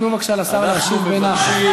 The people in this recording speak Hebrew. תנו בבקשה לשר להשיב בנחת.